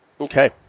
Okay